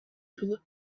bullet